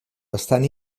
estan